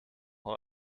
her